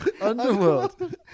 underworld